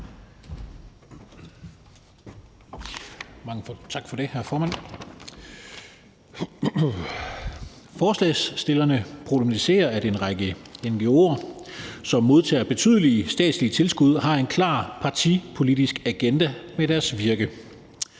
tak for det, hr. formand. Forslagsstillerne problematiserer, at en række ngo'er, som modtager betydelige statslige tilskud, har en klar partipolitisk agenda med deres virke.